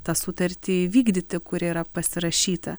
tą sutartį įvykdyti kuri yra pasirašyta